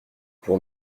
pour